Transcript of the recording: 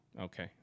Okay